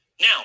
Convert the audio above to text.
Now